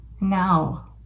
Now